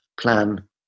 plan